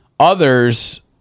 Others